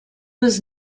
was